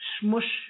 smush